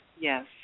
Yes